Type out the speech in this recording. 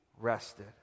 rested